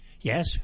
Yes